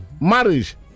marriage